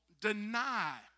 deny